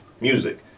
music